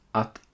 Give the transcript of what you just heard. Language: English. att